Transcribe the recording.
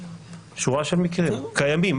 קיימים,